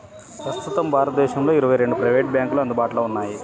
ప్రస్తుతం భారతదేశంలో ఇరవై రెండు ప్రైవేట్ బ్యాంకులు అందుబాటులో ఉన్నాయి